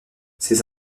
ses